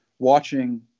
watching